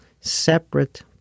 separate